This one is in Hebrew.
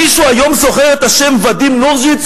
מישהו היום זוכר את השם ואדים נורז'יץ?